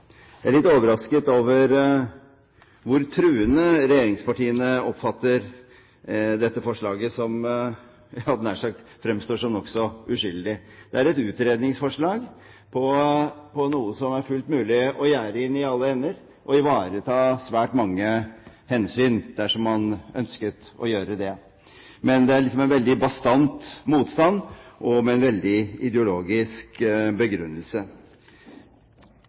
Jeg er litt overrasket over hvor truende regjeringspartiene oppfatter dette forslaget som, et forslag som fremstår som nokså uskyldig. Det er et utredningsforslag på noe som det er fullt mulig å gjerde inne i alle ender og å ivareta svært mange hensyn – dersom man ønsket å gjøre det. Men det er liksom en veldig bastant motstand, med en veldig ideologisk begrunnelse.